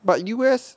but U_S